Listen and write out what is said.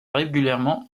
régulièrement